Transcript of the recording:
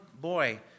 boy